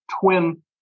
twin